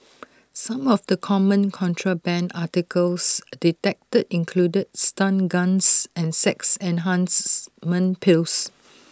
some of the common contraband articles detected included stun guns and sex enhancement pills